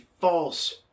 false